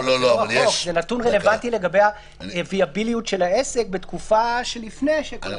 זה נתון רלוונטי לגבי הוויאביליות של העסק בתקופה לפני הקורונה.